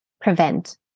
prevent